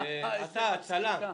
הלהקה,